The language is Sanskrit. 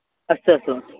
अस्तु अस्तु